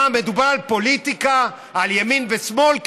מדובר על פוליטיקה, על ימין ושמאל?